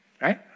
Right